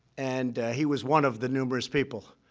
and he was one of the numerous people.